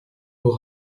aux